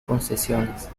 concesiones